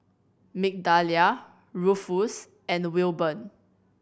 Migdalia Ruffus and Wilburn